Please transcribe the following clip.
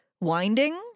winding